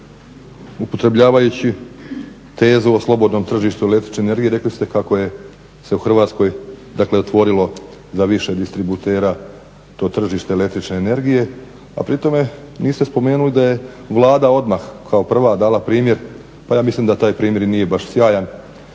upotrebljavajući tezu o slobodnom tržištu električne energije rekli ste kako je, se u Hrvatskoj dakle otvorilo za više distributera to tržište električne energije. A pri tome niste spomenuli da je Vlada odmah kao prva dala primjer pa ja mislim da taj primjer i nije baš sjajan,